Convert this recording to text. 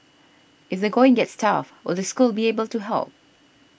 if they going gets tough will the school be able to help